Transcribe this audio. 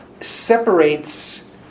separates